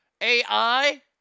AI